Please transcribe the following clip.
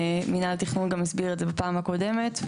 מינהל התכנון גם הסביר את זה בפעם הקודמת,